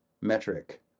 metric